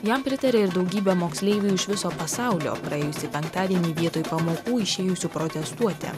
jam pritarė ir daugybė moksleivių iš viso pasaulio praėjusį penktadienį vietoj pamokų išėjusių protestuoti